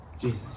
Jesus